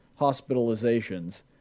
hospitalizations